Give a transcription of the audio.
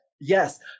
yes